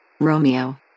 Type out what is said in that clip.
Romeo